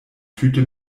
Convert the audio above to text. tüte